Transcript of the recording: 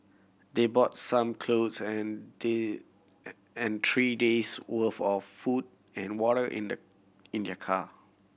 they bought some clothes and three and three days worth of food and water in their in their car